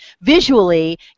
visually